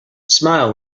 smile